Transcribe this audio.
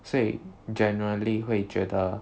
所以 generally 会觉得